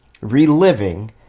reliving